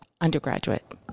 undergraduate